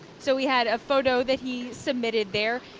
so we had a photo that he submitted there.